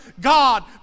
God